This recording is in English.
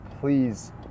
please